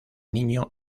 niño